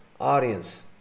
audience